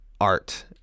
art